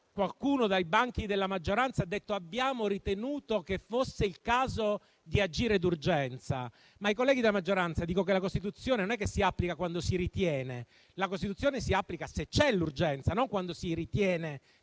Qualcuno dai banchi della maggioranza ha detto: abbiamo ritenuto che fosse il caso di agire d'urgenza. Ma ai colleghi della maggioranza dico che la Costituzione non è che si applica quando si ritiene; la Costituzione si applica se l'urgenza c'è, non quando si ritiene